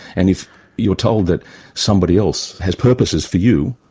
and if you're told that somebody else has purposes for you,